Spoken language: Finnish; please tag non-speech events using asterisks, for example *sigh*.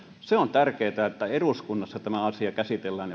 se on tärkeätä että eduskunnassa tämä asia käsitellään *unintelligible*